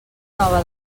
nova